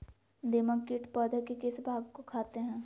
दीमक किट पौधे के किस भाग को खाते हैं?